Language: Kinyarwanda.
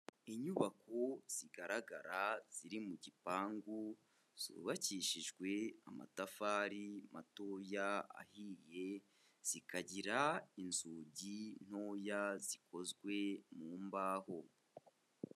Inyubako zigaragara ziri mu gipangu zubakishijwe amatafari matoya ahiye, zikagira inzugi ntoya zikozwe mu mbaho.